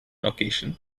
occasion